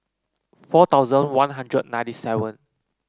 four thousand One Hundred ninety seven